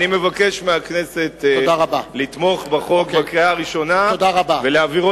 אני מבקש מהכנסת לתמוך בחוק בקריאה ראשונה ולהעבירו